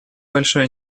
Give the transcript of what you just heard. большой